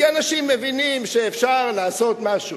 כי אנשים מבינים שאפשר לעשות משהו.